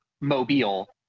mobile